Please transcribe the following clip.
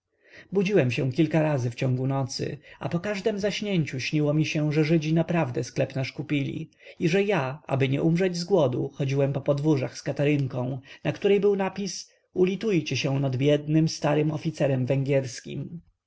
budziłem się kilka razy w ciągu nocy a po każdem zaśnięciu śniło mi się że żydzi naprawdę sklep nasz kupili i że ja aby nie umrzeć z głodu chodziłem po podwórzach z katarynką na której był napis ulitujcie się nad biednym starym oficerem węgierskim